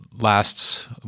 lasts